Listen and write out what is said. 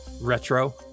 Retro